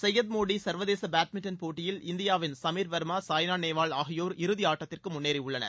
சையத் மோடி சர்வதேச பேட்மிண்டன் போட்டியில் இந்தியாவின் சமீர் வர்மா சாய்னா நேவால் ஆகியோர் இறுதியாட்டத்திற்கு முன்னேறியுள்ளனர்